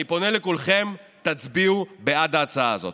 אני פונה לכולכם: תצביעו בעד ההצעה הזאת.